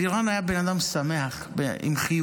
אלירן היה בן אדם שמח, חיוני,